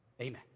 Amen